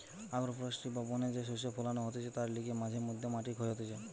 agro forestry বা বনে যে শস্য ফোলানো হতিছে তার লিগে মাঝে মধ্যে মাটি ক্ষয় হতিছে